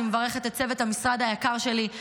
אני מברכת את צוות המשרד היקר שלי,